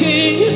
King